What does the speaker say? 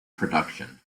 production